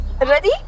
Ready